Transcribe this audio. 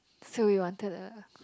so we wanted a